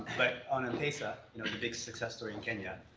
but on m-pesa, you know, the big success story in kenya,